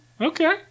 Okay